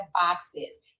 boxes